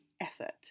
effort